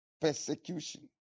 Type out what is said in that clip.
Persecution